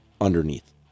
underneath